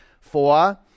Four